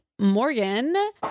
Morgan